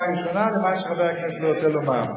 לקריאה ראשונה למה שחבר הכנסת רוצה לומר.